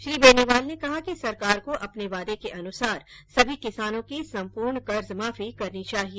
श्री बेनीवाल ने कहा कि सरकार को अपने वादे के अनुसार सभी किसानों की संपूर्ण कर्ज माफी करनी चाहिए